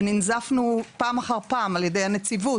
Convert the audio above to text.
וננזפנו פעם אחר פעם על ידי הנציבות,